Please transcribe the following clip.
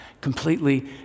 completely